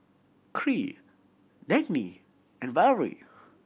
Kyree Dagny and Valery